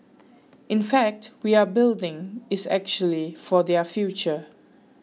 in fact we are building is actually for their future